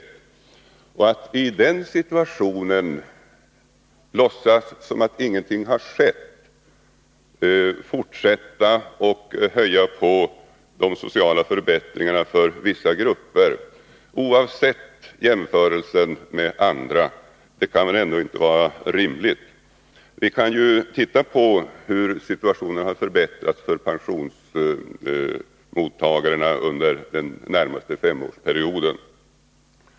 Det kan inte vara rimligt att i denna situation låtsas som om ingenting har skett och fortsätta att öka de sociala förbättringarna för vissa grupper oavsett jämförelsen med andra. Vi kan titta på hur situationen har förbättrats för pensionsmottagarna under den senaste femårsperioden.